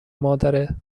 مادره